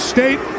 State